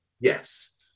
Yes